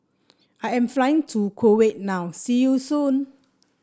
I am flying to Kuwait now see you soon